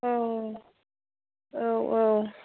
औ औ औ